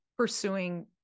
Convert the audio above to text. pursuing